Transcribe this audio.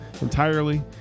Entirely